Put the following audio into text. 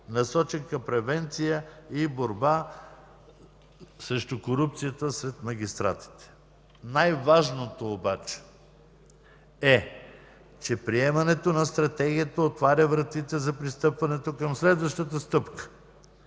насочен към превенция и борба срещу корупцията сред магистратите. Най-важното обаче е, че приемането на Стратегията отваря вратите за пристъпването към следващата стъпка,